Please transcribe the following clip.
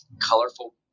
colorful